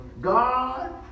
God